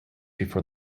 before